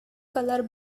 colour